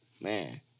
Man